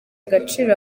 agaciro